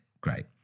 great